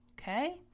okay